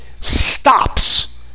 stops